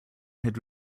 had